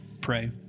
pray